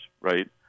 right